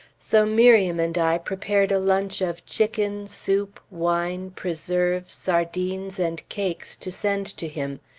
so miriam and i prepared a lunch of chicken, soup, wine, preserves, sardines, and cakes, to send to him.